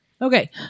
Okay